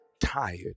tired